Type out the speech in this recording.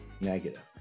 negative